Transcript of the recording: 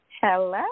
Hello